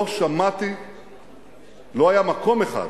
לא היה מקום אחד